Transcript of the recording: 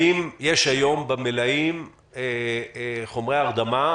האם יש היום במלאים חומרי הרדמה,